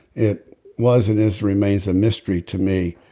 it was it is remains a mystery to me.